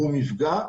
והוא מפגע.